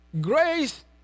grace